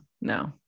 no